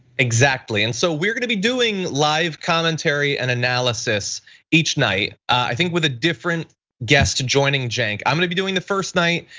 exactly, and so we're gonna be doing live commentary and analysis each night. i think with a different guest joining cenk. i'm gonna be doing the first night,